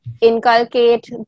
inculcate